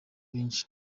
benshi